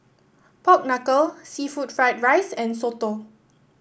Pork Knuckle seafood Fried Rice and soto